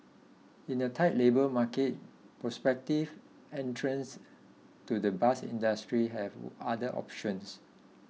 in a tight labour market prospective entrants to the bus industry have other options